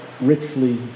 richly